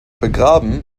begraben